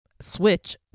switch